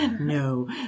No